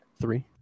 Three